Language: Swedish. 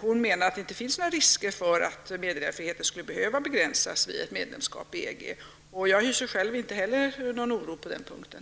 om meddelarfriheten. Hon menar att det inte finns några risker för att meddelarfriheten skulle behöva begränsas vid ett medlemskap i EG. Jag hyser själv inte heller någon oro på den punkten.